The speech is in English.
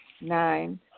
Nine